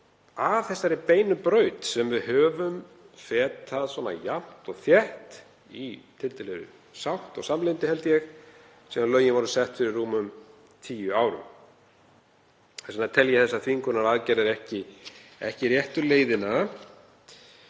af þessari beinu braut sem við höfum fetað jafnt og þétt í nokkurri sátt og samlyndi, held ég, síðan lögin voru sett fyrir rúmum tíu árum. Þess vegna tel ég þessar þvingunaraðgerðir ekki réttu leiðina.